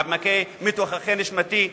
מתוככי נשמתי,